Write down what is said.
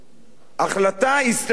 החלטה אסטרטגית.